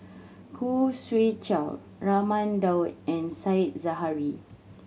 Khoo Swee Chiow Raman Daud and Said Zahari